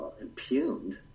impugned